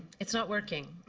it's not working.